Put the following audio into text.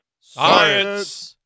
Science